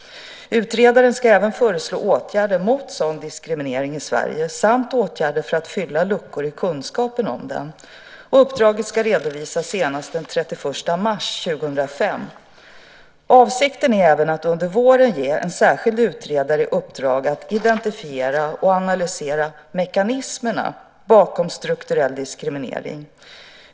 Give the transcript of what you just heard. Utredaren ska även föreslå åtgärder mot sådan diskriminering i Sverige samt åtgärder för att fylla luckor i kunskapen om den. Uppdraget ska redovisas senast den 31 mars 2005. Avsikten är även att under våren ge en särskild utredare i uppdrag att identifiera och analysera mekanismerna bakom strukturell diskriminering.